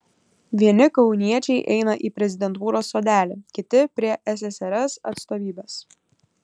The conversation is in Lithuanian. vieni kauniečiai eina į prezidentūros sodelį kiti prie ssrs atstovybės